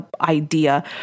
idea